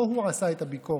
לא הוא עשה את הביקורת,